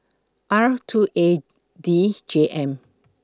R two A D J M